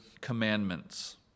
commandments